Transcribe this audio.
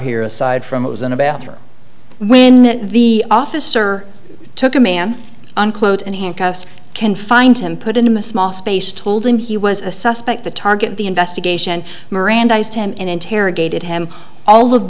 here aside from what was in the bathroom when the officer took a man unquote and handcuffs can find him put in a small space told him he was a suspect the target of the investigation mirandized him and interrogated him all of